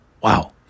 Wow